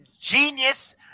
genius